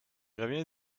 revient